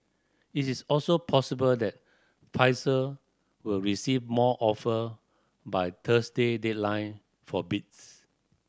it is also possible that Pfizer will receive more offer by Thursday deadline for bids